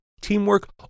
Teamwork